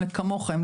כמוכם,